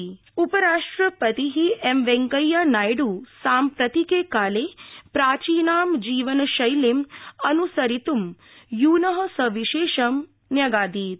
उपराष्ट्रपति उपराष्ट्रपति एम् वेंकैया नायडू साम्प्रतिके काले प्राचीनां जीवनशैलीं अनुसरित् यून सविशेष न्यगादीत्